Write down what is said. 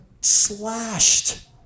slashed